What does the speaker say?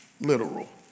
literal